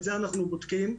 את זה אנחנו בודקים.